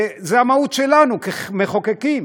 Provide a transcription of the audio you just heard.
זו המהות שלנו כמחוקקים.